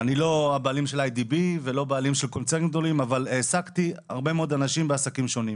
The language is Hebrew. אני לא בעלים של קונצרן גדול אבל ניהלתי הרבה מאוד אנשים בעסקים שונים.